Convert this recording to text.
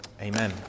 Amen